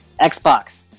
Xbox